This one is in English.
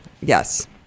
yes